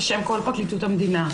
בשם כל פרקליטות המדינה.